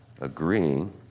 agreeing